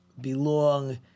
belong